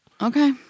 Okay